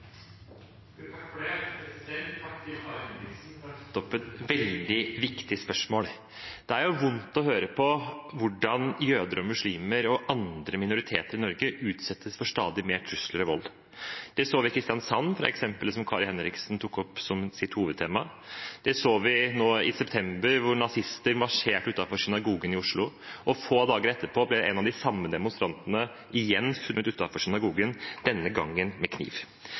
har tatt opp et veldig viktig spørsmål. Det er vondt å høre hvordan jøder, muslimer og andre minoriteter i Norge utsettes for stadig mer trusler og vold. Det så vi i Kristiansand – i eksempelet Kari Henriksen tok opp som sitt hovedtema. Det så vi nå i september – hvor nazister marsjerte utenfor synagogen i Oslo, og få dager etterpå ble en av de samme demonstrantene igjen funnet utenfor synagogen, denne gangen med kniv.